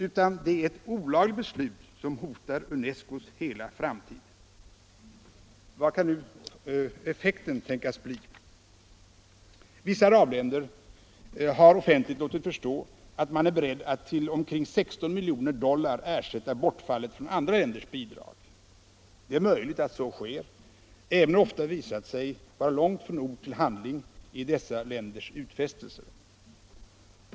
Här gäller det ett olagligt beslut som hotar UNESCO:s hela framtid. Vilken kan då effekten tänkas bli? Vissa arabländer har offentligt låtit förstå att man är beredd att till omkring 16 miljoner dollar ersätta bortfallet från andra länders bidrag. Det är möjligt att så sker, även om det ofta visat sig vara långt från ord till handling i dessa länders utfästelser.